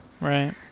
Right